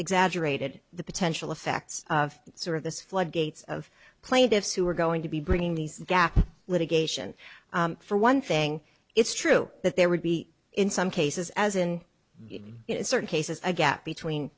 exaggerated the potential effects of sort of this floodgates of plaintiffs who are going to be bringing these gak litigation for one thing it's true that there would be in some cases as in the in certain cases a gap between